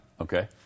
Okay